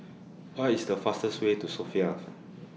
What IS The fastest Way to Sofia